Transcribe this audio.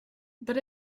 but